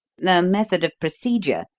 the method of procedure?